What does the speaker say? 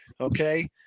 Okay